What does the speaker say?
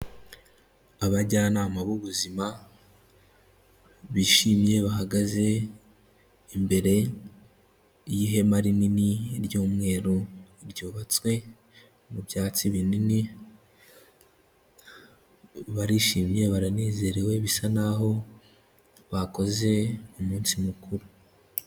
Abajyanama b'ubuzima bishimye bahagaze imbere y'ihema rinini ry'umweru ryubatswe mu byatsi binini, barishimye, baranezerewe bisa naho bakoze umunsi mukuru.